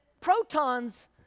protons